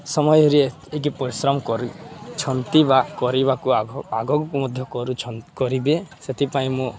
ସମୟରେ ଏତିକି ପରିଶ୍ରମ କରିଛନ୍ତି ବା କରିବାକୁ ଆଗ ଆଗକୁ ମଧ୍ୟ କରିବେ ସେଥିପାଇଁ ମୁଁ